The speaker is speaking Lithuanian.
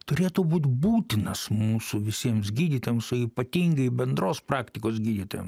turėtų būt būtinas mūsų visiems gydytojams o ypatingai bendros praktikos gydytojam